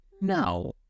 no